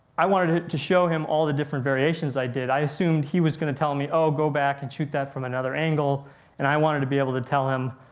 i wanted to show him all the different variations i did. i assumed he was going to tell me, oh, go back and shoot that from another angle and i wanted to be able to tell him,